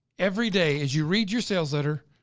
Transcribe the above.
every day as you read your sales letter,